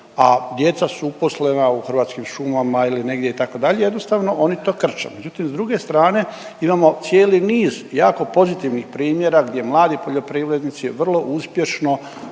a djeca su uposlena u Hrvatskim šumama ili negdje, itd., jednostavno oni to krče. Međutim, s druge strane imamo cijeli niz jako pozitivnih primjera gdje mladi poljoprivrednici vrlo uspješno